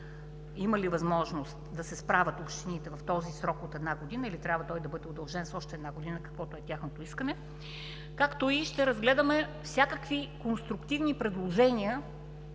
има ли възможност да се справят общините в този срок от една година или трябва той да бъде удължен с още една година, каквото е тяхното искане, както и ще разгледаме всякакви конструктивни предложения,